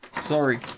sorry